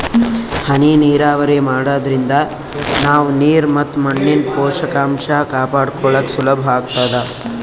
ಹನಿ ನೀರಾವರಿ ಮಾಡಾದ್ರಿಂದ ನಾವ್ ನೀರ್ ಮತ್ ಮಣ್ಣಿನ್ ಪೋಷಕಾಂಷ ಕಾಪಾಡ್ಕೋಳಕ್ ಸುಲಭ್ ಆಗ್ತದಾ